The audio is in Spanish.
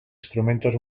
instrumentos